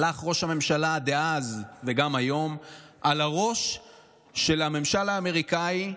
הלך ראש הממשלה דאז וגם היום על הראש של הממשל האמריקני,